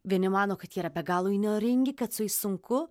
vieni mano kad jie yra be galo įnoringi kad su jais sunku